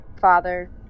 Father